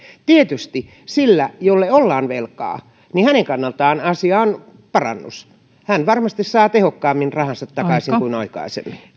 tietysti sen kannalta jolle ollaan velkaa asia on parannus hän varmasti saa tehokkaammin rahansa takaisin kuin